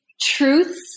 truths